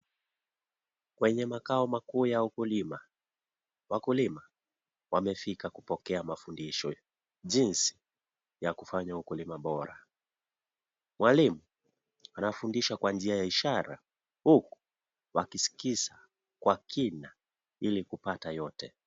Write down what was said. Kwenye makao makuu ya ukulima, wakulima wamefika kupokea mafundisho, jinsi ya kufanya ukulima bora, mwalimu anafundisha kwa njia ya ishara huku wakiskiza kwa kina, ili kupata yote.